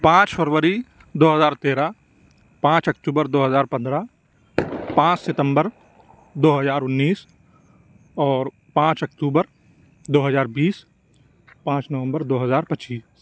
پانچ فروری دو ہزار تیرہ پانچ اکتوبر دو ہزار پندرہ پانچ ستمبر دو ہزار انیس اور پانچ اکتوبر دو ہزار بیس پانچ نومبر دو ہزار پچیس